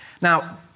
Now